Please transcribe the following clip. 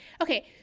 Okay